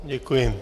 Děkuji.